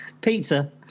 Pizza